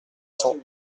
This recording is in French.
cent